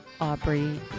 Aubrey